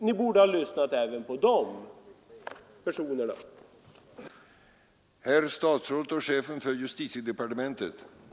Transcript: Ni borde ha lyssnat även på honom och andra som gör en övergripande bedömning av länsorganisationerna.